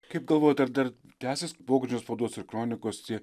kaip galvojat ar dar tęsis pogrindžio spaudos ir kronikos tie